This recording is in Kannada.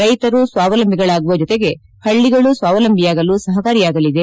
ರೈತರು ಸ್ವಾವಲಂಬಿಗಳಾಗುವ ಜೊತೆಗೆ ಪಳಿಗಳೂ ಸ್ವಾವಲಂಬಿಯಾಗಲು ಸಪಕಾರಿಯಾಗಲಿದೆ